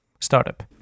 startup